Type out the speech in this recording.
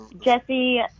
Jesse